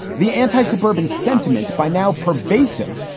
the anti suburban sentiment by now pervasive,